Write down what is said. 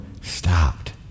stopped